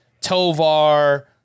Tovar